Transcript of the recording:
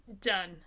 done